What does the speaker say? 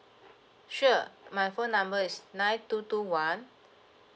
sure my phone number is nine two two one